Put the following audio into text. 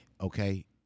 Okay